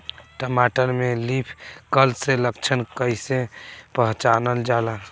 टमाटर में leaf curl के लक्षण कइसे पहचानल जाला?